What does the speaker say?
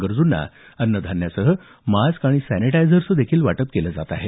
गरजूंना अन्नधान्यासह मास्क आणि सॅनिटारझरचं देखील वाटप करण्यात येत आहे